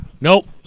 Nope